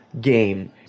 game